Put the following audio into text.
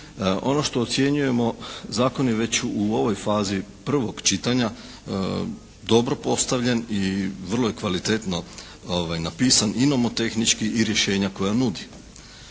Ono što ocjenjujemo zakon je već u ovoj fazi prvog čitanja dobro postavljen i vrlo je kvalitetno napisan i nomotehnički i rješenja koja nudi.